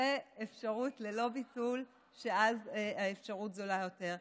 או באפשרות ללא ביטול, שזו האפשרות הזולה יותר.